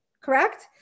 correct